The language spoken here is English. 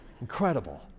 Incredible